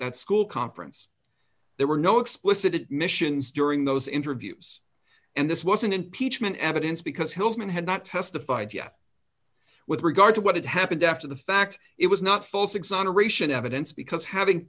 about at school conference there were no explicit admissions during those interviews and this was an impeachment evidence because hill's men had not testified yet with regard to what happened after the fact it was not false exoneration evidence because having